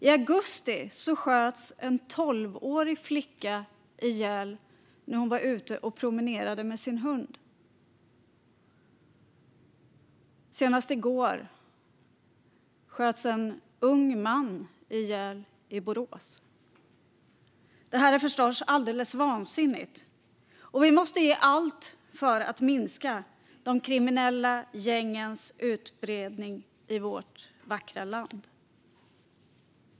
I augusti sköts en tolvårig flicka ihjäl när hon var ute och promenerade med sin hund. Senast i går sköts en ung man ihjäl i Borås. Det här är förstås alldeles vansinnigt. Vi måste göra allt för att minska de kriminella gängens utbredning i vårt vackra land.